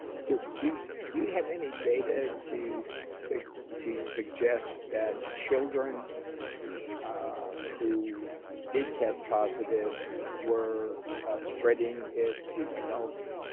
do you have any data to so like to suggest that children ah who did test positive were spreading it to adults?